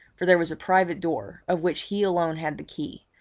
for there was a private door, of which he alone had the key,